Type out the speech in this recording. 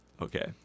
Okay